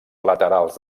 laterals